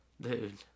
dude